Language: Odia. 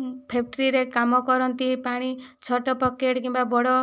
ଫ୍ୟାକ୍ଟ୍ରିରେ କାମ କରନ୍ତି ପାଣି ଛୋଟ ପ୍ୟାକେଟ କିମ୍ବା ବଡ଼